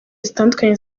zitandukanye